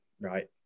right